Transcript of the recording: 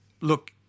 look